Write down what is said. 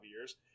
years